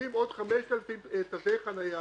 מצטרפים עוד 5,000 תווי חניה,